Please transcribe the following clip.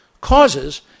causes